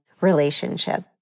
relationship